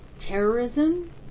terrorism